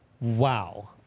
Wow